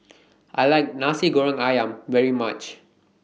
I like Nasi Goreng Ayam very much